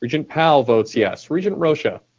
regent powell votes yes. regent rosha?